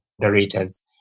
moderators